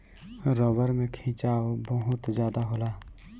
रबड़ में खिंचाव बहुत ज्यादा होला